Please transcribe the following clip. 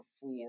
Four